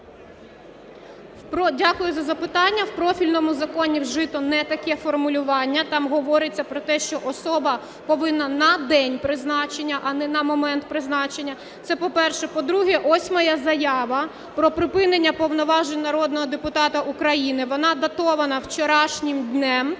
Дякую за запитання. В профільному законі вжито не таке формулювання, там говориться про те, що особа повинна на день призначення, а не на момент призначення. Це, по-перше. По-друге, ось моя заява про припинення повноважень народного депутата України. Вона датована вчорашнім днем.